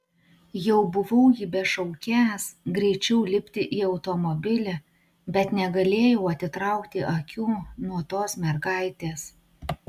jau buvau jį bešaukiąs greičiau lipti į automobilį bet negalėjau atitraukti akių nuo tos mergaitės